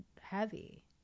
heavy